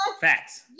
Facts